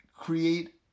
create